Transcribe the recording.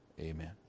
amen